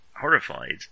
horrified